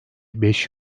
beş